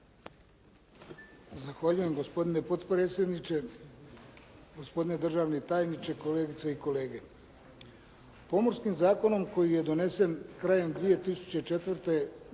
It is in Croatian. Zahvaljujem gospodine potpredsjedniče, gospodine državni tajniče, kolegice i kolege. Pomorskim zakonom koji je donesen krajem 2004. godine,